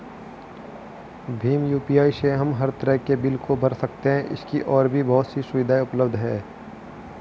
Bhim UPI से हम हर तरह के बिल को भर सकते है, इसकी और भी बहुत सी सुविधाएं उपलब्ध है